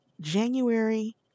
January